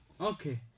Okay